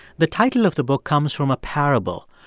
the title of the book comes from a parable,